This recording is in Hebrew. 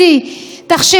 תחשבו מה זה,